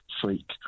freak